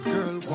Girl